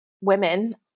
women